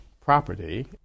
property